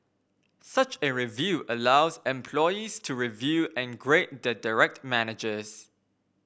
such a review allows employees to review and grade their direct managers